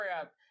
up